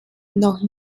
noch